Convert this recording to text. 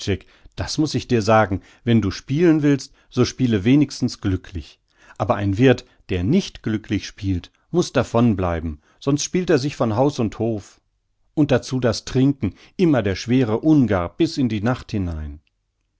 das muß ich dir sagen wenn du spielen willst so spiele wenigstens glücklich aber ein wirth der nicht glücklich spielt muß davon bleiben sonst spielt er sich von haus und hof und dazu das trinken immer der schwere ungar bis in die nacht hinein